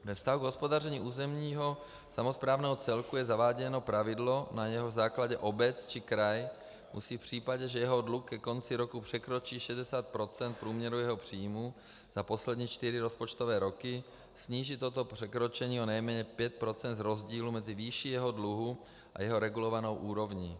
Ve vztahu k hospodaření územního samosprávného celku je zaváděno pravidlo, na jehož základě obec či kraj musí v případě, že jeho dluh ke konci roku překročí 60 % průměru jeho příjmů za poslední čtyři rozpočtové roky, snížit toto překročení o nejméně 5 % z rozdílu mezi výší jeho dluhu a jeho regulovanou úrovní.